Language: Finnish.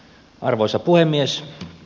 arvoisa puhemies